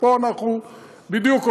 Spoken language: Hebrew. בדיוק פה אנחנו עומדים.